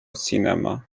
cinema